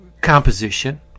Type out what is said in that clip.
composition